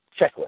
checklist